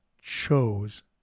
chose